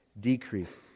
decrease